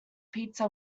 pizza